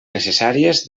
necessàries